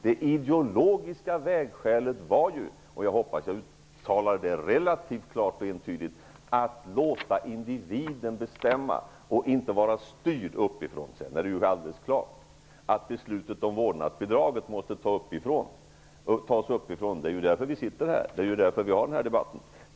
Det ideologiska vägskälet innebar ju -- och jag hoppas att jag uttalade det relativt klart och entydigt -- att vi skall låta individen bestämma och inte vara styrd uppifrån. Sedan är det förstås alldeles klart att belutet om ett vårdnadsbidrag måste fattas uppifrån. Det är ju därför vi sitter här, det är ju därför vi för den här debatten.